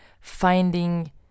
finding